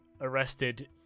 arrested